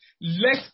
let